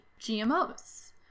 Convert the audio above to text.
GMOs